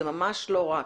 זה ממש לא רק.